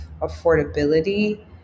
affordability